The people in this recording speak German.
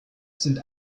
sind